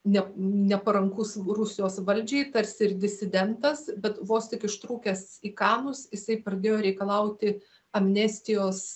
ne neparankus rusijos valdžiai tarsi ir disidentas bet vos tik ištrūkęs į kanus jisai pradėjo reikalauti amnestijos